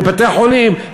בבתי-חולים,